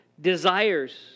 desires